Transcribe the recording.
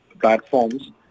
platforms